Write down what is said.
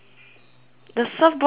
the surfboard yellow right